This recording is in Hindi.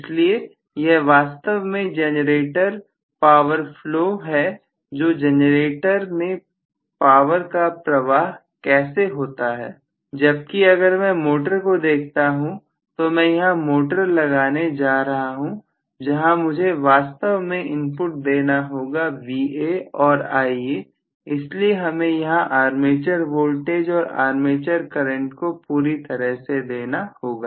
इसलिए यह वास्तव में जनरेटर पावर फ्लो है कि जनरेटर में पावर का प्रवाह कैसे होता है जबकि अगर मैं मोटर को देखता हूं तो मैं यहां मोटर लगाने जा रहा हूं जहां मुझे वास्तव में इनपुट देना होगा Va और Ia इसलिए हमें यहां आर्मेचर वोल्टेज और आर्मेचर करंट को पूरी तरह से देना होगा